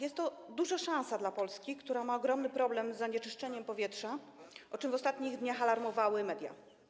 Jest to duża szansa dla Polski, która ma ogromny problem z zanieczyszczeniem powietrza, o czym w ostatnich dniach alarmowały media.